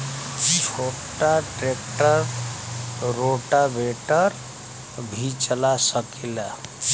छोटा tractor rotavator भी चला सकेला?